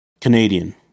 Canadian